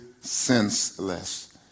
senseless